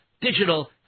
Digital